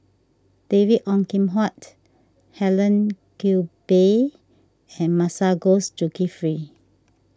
David Ong Kim Huat Helen Gilbey and Masagos Zulkifli